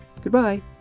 Goodbye